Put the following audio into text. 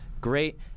great